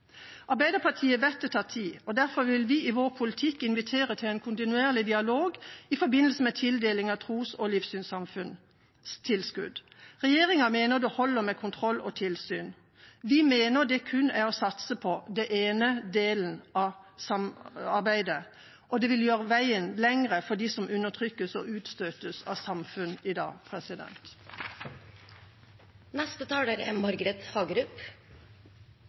Arbeiderpartiet vet det tar tid, og derfor vil vi i vår politikk invitere til en kontinuerlig dialog i forbindelse med tildeling av tros- og livssynssamfunnstilskudd. Regjeringa mener det holder med kontroll og tilsyn, de mener det kun er å satse på den ene delen av samarbeidet, og det vil gjøre veien lengre for dem som undertrykkes og utstøtes av samfunn i dag.